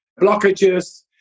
blockages